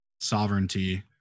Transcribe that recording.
sovereignty